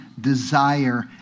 desire